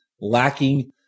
lacking